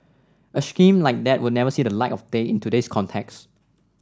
a scheme like that would never see the light of day in today's context